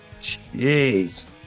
Jeez